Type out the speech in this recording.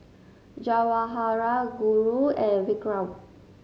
Jawaharlal Guru and Vikram